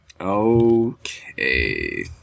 Okay